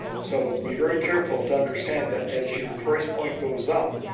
so be very careful to understand that as your price point goes up,